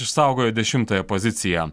išsaugojo dešimtąją poziciją